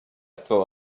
throw